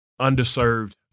underserved